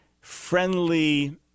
friendly